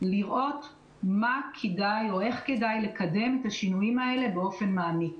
לראות מה כדאי או איך כדאי לקדם את השינויים האלה באופן מעמיק.